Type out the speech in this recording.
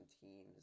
teams